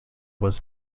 was